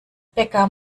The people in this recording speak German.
bäcker